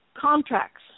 contracts